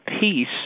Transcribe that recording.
peace